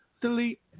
delete